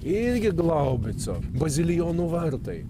irgi glaubico bazilijonų vartai